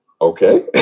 okay